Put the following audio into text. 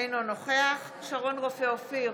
אינו נוכח שרון רופא אופיר,